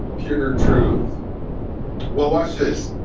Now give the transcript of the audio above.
pure truth well watch this